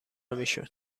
میشد